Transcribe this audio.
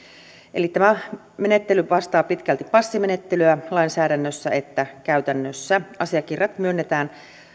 tämä menettely vastaa pitkälti passimenettelyä sekä lainsäädännössä että käytännössä asiakirjat myönnetään